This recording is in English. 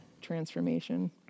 transformation